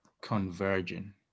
converging